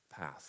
path